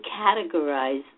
categorize